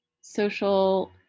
social